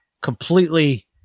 completely